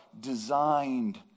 Designed